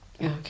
okay